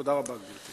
תודה רבה, גברתי.